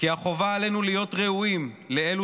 כי החובה עלינו היא להיות ראויים לאלו